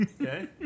Okay